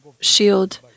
shield